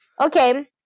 Okay